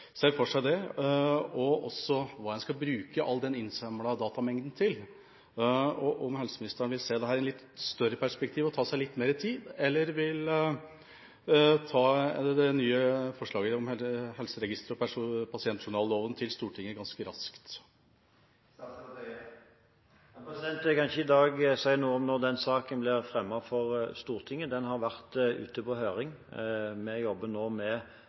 ser statsråden for seg det? Hva skal man bruke hele denne innsamlede datamengden til? Og vil helseministeren se dette i et litt større perspektiv og ta seg litt mer tid, eller vil han ta forslagene om ny helseregisterlov og ny pasientjournallov til Stortinget ganske raskt? Jeg kan ikke i dag si noe om når den saken blir fremmet for Stortinget. Den har vært ute på høring. Vi jobber nå med